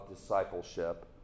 discipleship